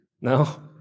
No